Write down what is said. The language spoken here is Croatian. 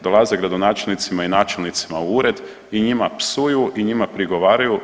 Dolaze gradonačelnicima i načelnicima u ured i njima psuju i njima pregovaraju.